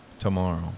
Tomorrow